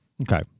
Okay